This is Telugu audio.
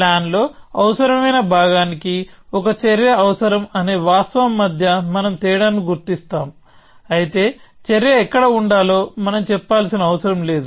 ప్లాన్ లో అవసరమైన భాగానికి ఒక చర్య అవసరం అనే వాస్తవం మధ్య మనం తేడాను గుర్తిస్తాం అయితే చర్య ఎక్కడ ఉండాలో మనం చెప్పాల్సిన అవసరం లేదు